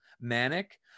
manic